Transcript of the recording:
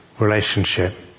relationship